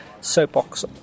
soapbox